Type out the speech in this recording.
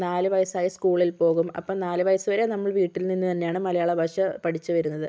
നാല് വയസ്സായാൽ സ്കൂളിൽ പോകും അപ്പം നാല് വയസ്സ് വരെ നമ്മൾ വീട്ടിൽ നിന്നു തന്നെയാണ് മലയാള ഭാഷ പഠിച്ച് വരുന്നത്